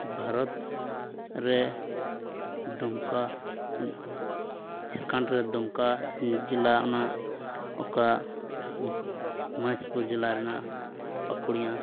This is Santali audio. ᱵᱷᱟᱨᱚᱛ ᱨᱮ ᱫᱩᱢᱠᱟ ᱡᱷᱟᱲᱠᱷᱚᱸᱰ ᱨᱮ ᱫᱩᱢᱠᱟ ᱡᱮᱞᱟ ᱨᱮᱱᱟᱜ ᱚᱠᱟ ᱢᱚᱦᱮᱥᱯᱩᱨ ᱡᱮᱞᱟ ᱨᱮᱱᱟᱜ ᱯᱟᱹᱠᱩᱲᱤᱭᱟ